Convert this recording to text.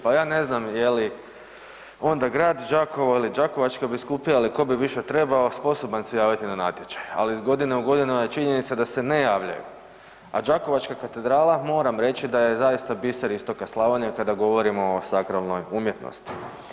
Pa ja ne znam je li onda Grad Đakovo ili Đakovačka biskupija ili tko bi više trebao sposoban se javiti na natječaj, ali iz godine u godinu je činjenica da se ne javljaju, a Đakovačka katedrala moram reći da je zaista biser istoka Slavonije kada govorimo o sakralnoj umjetnosti.